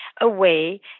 away